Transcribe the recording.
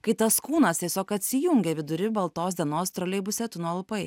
kai tas kūnas tiesiog atsijungė vidury baltos dienos troleibuse tu nualpai